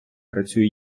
працює